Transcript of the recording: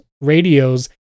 radios